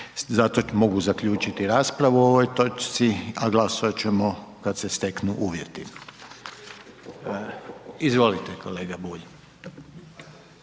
zato mogu zaključiti raspravu o ovoj točci a glasovat ćemo kad se steknu uvjeti. Izvolite, kolega Bulj.